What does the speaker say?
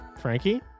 frankie